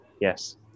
Yes